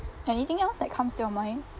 anything else that comes to your mind